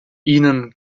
ihnen